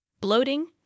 bloating